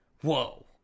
Whoa